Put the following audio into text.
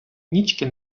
нічки